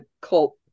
cult